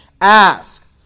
Ask